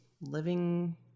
living